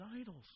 idols